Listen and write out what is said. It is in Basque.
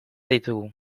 ditugu